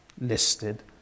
listed